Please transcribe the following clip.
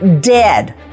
Dead